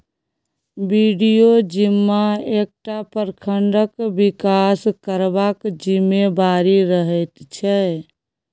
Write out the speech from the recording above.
BDO जिम्मा एकटा प्रखंडक बिकास करबाक जिम्मेबारी रहैत छै